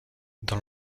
dans